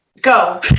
go